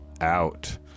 out